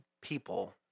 people